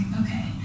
okay